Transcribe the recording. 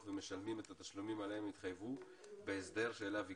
ומשלמים את התשלומים עליהם התחייבו בהסדר שאליו הגיעו.